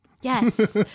yes